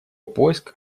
поиск